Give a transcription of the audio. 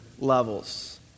levels